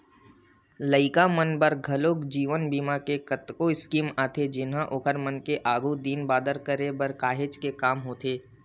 लइका मन बर घलोक जीवन बीमा के कतको स्कीम आथे जेनहा ओखर मन के आघु दिन बादर बर काहेच के काम के होथे